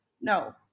No